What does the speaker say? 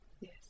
Yes